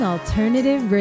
Alternative